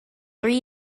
three